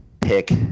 pick